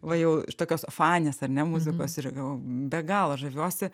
va jau iš tokios fanės ar ne muzikos ir jau be galo žaviuosi